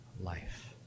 life